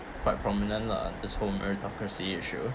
quite prominent lah this whole meritocracy issue